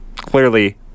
Clearly